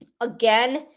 again